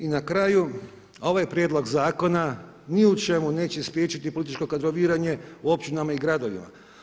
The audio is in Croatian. I na kraju, ovaj prijedlog zakona ni u čemu neće spriječiti političko kadroviranje u općinama i gradovima.